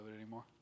anymore